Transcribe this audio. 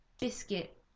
biscuit